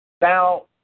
Now